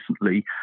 recently